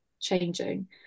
changing